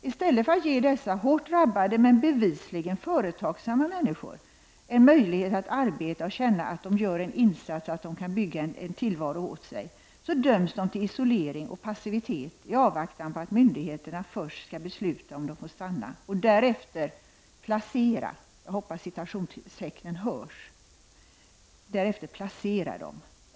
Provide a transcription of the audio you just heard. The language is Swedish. I stället för att ge dessa hårt drabbade, men bevisligen företagsamma människor, en möjlighet att arbeta och känna att de gör en insats så att de kan bygga upp en tillvaro, döms de till isolering och passivitet i avvaktan på att myndigheterna först skall besluta om de skall få stanna och därefter ”placeras” de.